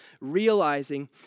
realizing